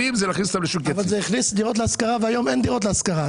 זה הכניס דירות להשכרה, והיום אין דירות להשכרה.